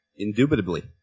Indubitably